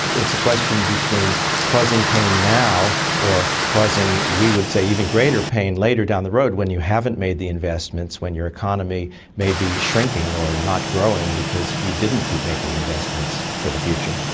it's it's a question between causing pain now or causing, we would say, even greater pain later down the road when you haven't made the investments, when your economy may be shrinking or not growing because you didn't keep making investments for the future.